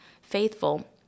faithful